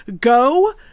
go